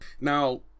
now